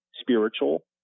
spiritual